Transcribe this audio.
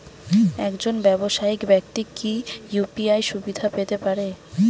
একজন ব্যাবসায়িক ব্যাক্তি কি ইউ.পি.আই সুবিধা পেতে পারে?